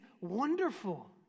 wonderful